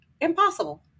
impossible